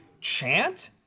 chant